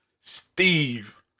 Steve